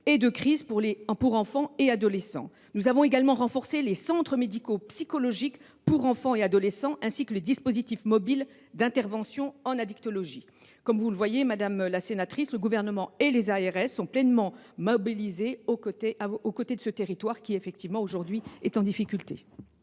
et de crise pour enfants et adolescents. Nous avons également renforcé les centres médicaux psychologiques pour enfants et adolescents, ainsi que les dispositifs mobiles d’intervention en addictologie. Comme vous le voyez, madame la sénatrice, le Gouvernement et l’ARS sont pleinement mobilisés pour ce territoire, qui est aujourd’hui en difficulté.